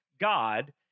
God